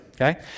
Okay